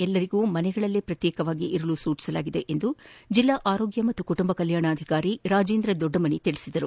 ಎಲ್ಲರಿಗೂ ಮನೆಯಲ್ಲಿ ಪ್ರತ್ಯೇಕವಾಗಿರಿಸಲು ಸೂಚಿಸಲಾಗಿದೆ ಎಂದು ಜಿಲ್ಲಾ ಆರೋಗ್ಯ ಮತ್ತು ಕುಟುಂಬ ಕಲ್ಕಾಣಾಧಿಕಾರಿ ರಾಜೇಂದ್ರ ದೊಡ್ಡಮನಿ ತಿಳಿಸಿದ್ದಾರೆ